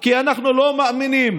כי אנחנו לא מאמינים